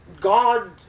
God